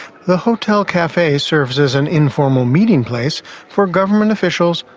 the hotel cafe serves as an informal meeting place for government officials,